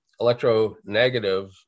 electronegative